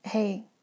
Hey